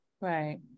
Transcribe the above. Right